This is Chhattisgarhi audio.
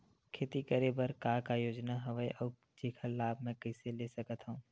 खेती करे बर का का योजना हवय अउ जेखर लाभ मैं कइसे ले सकत हव?